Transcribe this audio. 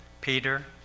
Peter